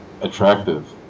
attractive